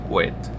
Wait